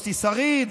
יוסי שריד,